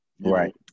Right